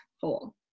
hole